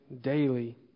daily